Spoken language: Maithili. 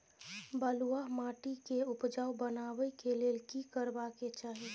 बालुहा माटी के उपजाउ बनाबै के लेल की करबा के चाही?